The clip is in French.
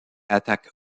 attaque